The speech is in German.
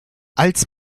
als